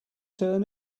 turn